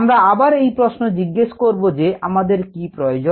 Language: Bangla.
আমরা আবার এই প্রশ্ন জিজ্ঞেস করবো যে আমাদের কি প্রয়োজন